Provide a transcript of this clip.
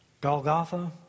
Golgotha